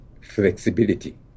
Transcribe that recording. flexibility